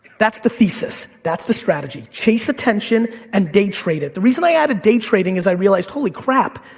that's the thesis, that's the strategy. chase attention, and day trade it. the reason i added day trading, is i realized, holy crap,